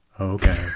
Okay